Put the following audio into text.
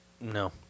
No